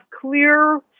clear